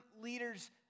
leaders